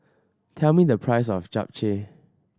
tell me the price of Japchae